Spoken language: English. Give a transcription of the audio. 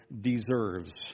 deserves